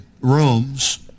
rooms